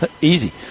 Easy